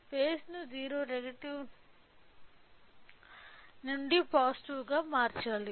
face ను 0 negative నుండి పాజిటివ్గా మార్చాలి